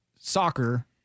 soccer